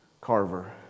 Carver